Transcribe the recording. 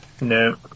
No